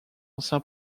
ancien